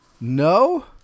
No